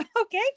Okay